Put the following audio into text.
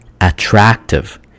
attractive